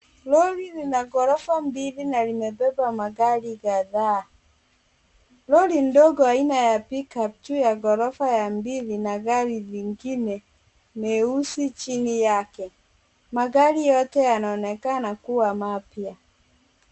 Lori lina ghorofa mbili na limebeba magari kadhaa. Lori ndogo aina ya pick-up juu ya ghorofa ya mbili na gari lingine meusi chini yake. Magari yote yanaonekana kuwa mapya.